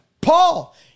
Paul